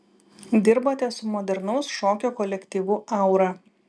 dirbote su modernaus šokio kolektyvu aura